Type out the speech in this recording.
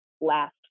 last